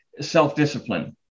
self-discipline